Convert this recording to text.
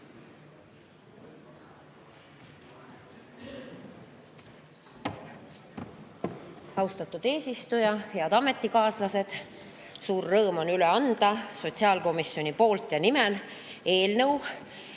Austatud eesistuja! Head ametikaaslased! Suur rõõm on üle anda sotsiaalkomisjoni poolt ja nimel Eesti